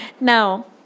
Now